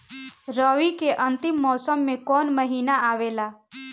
रवी के अंतिम मौसम में कौन महीना आवेला?